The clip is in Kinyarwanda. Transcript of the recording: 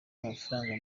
amafaranga